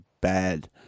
Bad